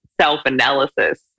self-analysis